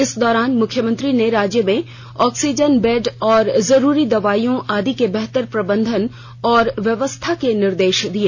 इस दौरान मुख्यमंत्री ने राज्य में ऑक्सीजन बेड और जरूरी दवाईयों आदि के बेहतर प्रबंधन और व्यवस्था के निर्देश दिए